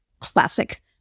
classic